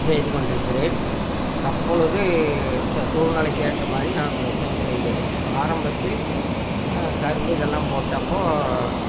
செய்து கொண்டிருக்கிறேன் தப்பொழுது த சூழ்நிலைக்கு ஏற்ற மாதிரி நான் விவசாயம் செய்கிறேன் ஆரம்பத்தில் கரும்பு இதெல்லாம் போட்டப்போ